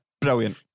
Brilliant